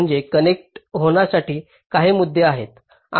म्हणजे कनेक्ट होण्यासाठी काही मुद्दे आहेत